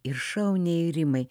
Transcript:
ir šauniai rimai